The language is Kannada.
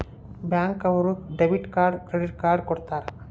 ಬ್ಯಾಂಕ್ ಅವ್ರು ಡೆಬಿಟ್ ಕಾರ್ಡ್ ಕ್ರೆಡಿಟ್ ಕಾರ್ಡ್ ಕೊಡ್ತಾರ